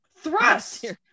thrust